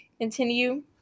continue